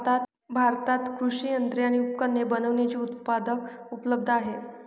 भारतात कृषि यंत्रे आणि उपकरणे बनविण्याचे उत्पादक उपलब्ध आहे